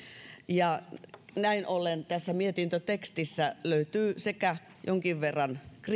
näin ollen tästä mietintötekstistä löytyy sekä jonkin verran